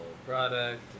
Product